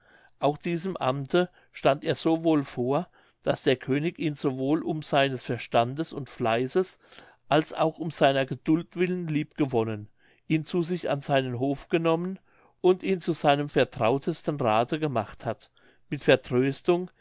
auch diesem amte stand er so wohl vor daß der könig ihn sowohl um seines verstandes und fleißes als auch um seiner geduld willen lieb gewonnen ihn zu sich an seinen hof genommen und ihn zu seinem vertrautesten rathe gemacht hat mit vertröstung